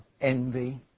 envy